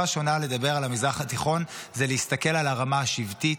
לדבר שפה שונה על המזרח התיכון זה להסתכל על הרמה השבטית,